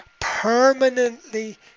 permanently